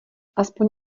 aspoň